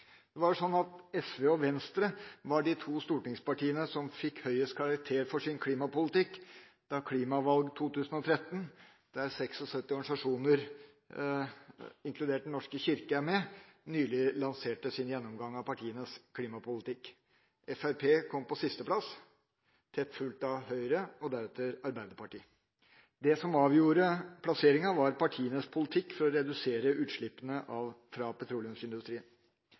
SV og Venstre var de to stortingspartiene som fikk høyest karakter for sin klimapolitikk da Klimavalg 2013, der 76 organisasjoner, inkludert Den norske kirke, er med, nylig lanserte sin gjennomgang av partienes klimapolitikk. Fremskrittspartiet kom på sisteplass, tett fulgt av Høyre og deretter Arbeiderpartiet. Det som avgjorde plasseringa, var partienes politikk for å redusere utslippene fra petroleumsindustrien.